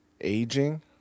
aging